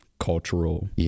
Cultural